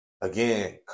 Again